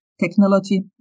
technology